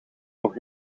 voor